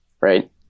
Right